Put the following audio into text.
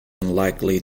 unlikely